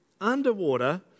underwater